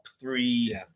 three